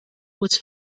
was